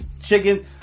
chicken